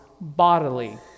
bodily